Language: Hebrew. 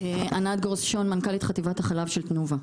ענת גרוס שון, מנכ"לית חטיבת החלב של תנובה.